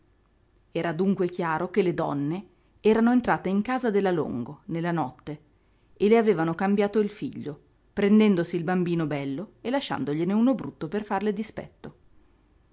era dunque chiaro che le donne erano entrate in casa della longo nella notte e le avevano cambiato il figlio prendendosi il bambino bello e lasciandogliene uno brutto per farle dispetto